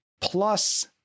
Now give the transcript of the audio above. Plus